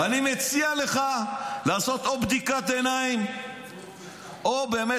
אני מציע לך לעשות או בדיקת עיניים או באמת